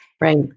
Right